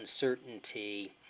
uncertainty